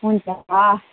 हुन्छ हवस्